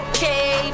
Okay